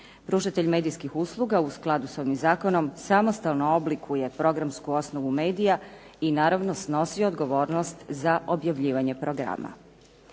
Pružatelj medijskih usluga, u skladu s ovim zakonom samostalno oblikuje programsku osnovu medija i naravno snosi odgovornost za objavljivanje programa.